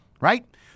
right